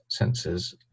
sensors